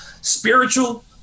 spiritual